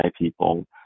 people